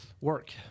Work